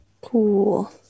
Cool